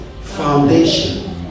foundation